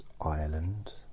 Ireland